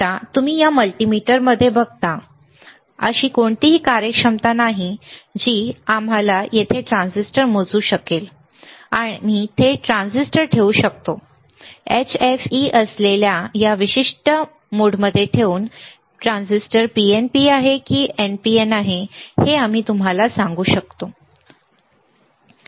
आता तुम्ही या मल्टीमीटर मध्ये बघता जे तुम्ही इथे पाहता अशी कोणतीही कार्यक्षमता नाही जी आम्ही येथे ट्रान्झिस्टर मोजू शकतो आम्ही थेट ट्रान्झिस्टर ठेवू शकतो आणि HFE असलेल्या या विशिष्ट मोडमध्ये ठेवून NPN किंवा PNP आहे की नाही हे मी तुम्हाला सांगितले